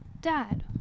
Dad